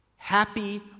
Happy